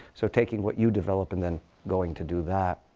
so taking what you develop and then going to do that.